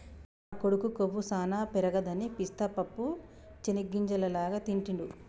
మా కొడుకు కొవ్వు సానా పెరగదని పిస్తా పప్పు చేనిగ్గింజల లాగా తింటిడు